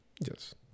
Yes